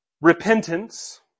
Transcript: repentance